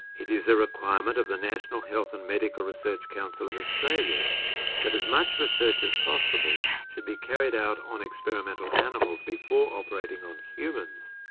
it is a requirement of the national health and medical research council of australia that as much research as possible should be carried out on experimental animals before operating on humans,